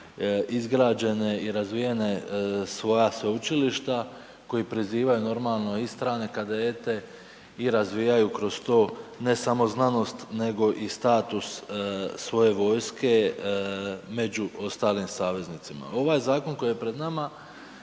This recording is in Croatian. izgrađena i razvijena svoja sveučilišta koji prizivaju normalno i strane kadete i razvijaju kroz to ne samo znanosti nego i status svoje vojske među ostalim saveznicima. Ovaj zakon koji je pred nama,